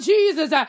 Jesus